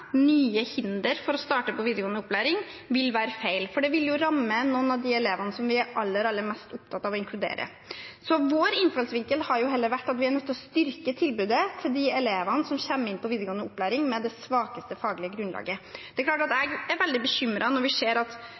nye hindre for å starte på videregående opplæring, vil være feil, for det vil ramme noen av de elevene som vi er aller mest opptatt av å inkludere. Vår innfallsvinkel har heller vært at vi er nødt til å styrke tilbudet til de elevene som kommer inn på videregående opplæring med det svakeste faglige grunnlaget. Jeg er veldig bekymret når vi ser at